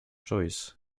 joyce